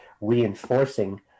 reinforcing